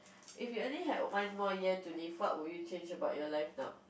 if you only had one more year to live what would you change about your life now